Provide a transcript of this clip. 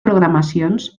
programacions